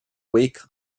wake